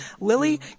Lily